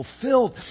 fulfilled